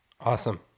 Awesome